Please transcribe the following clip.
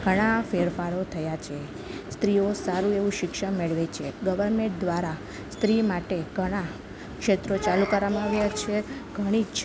ઘણાં ફેરફારો થયાં છે સ્ત્રીઓ સારું એવું શિક્ષણ મેળવે છે ગવર્મેન્ટ દ્વારા સ્ત્રી માટે ઘણાં ક્ષેત્રો ચાલુ કરવામાં આવ્યા છે ઘણી જ